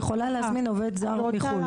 היא יכולה להזמין עובד זר מחו"ל.